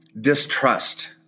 distrust